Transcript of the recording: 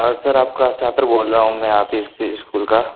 sir मैं आपका छात्र बोल रहा हूँ मैं आप के स्कूल का